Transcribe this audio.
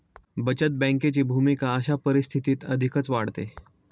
बचत बँकेची भूमिका अशा परिस्थितीत अधिकच वाढते